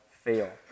fail